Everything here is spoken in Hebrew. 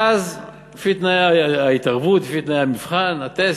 ואז, לפי תנאי ההתערבות, לפי תנאי המבחן, הטסט,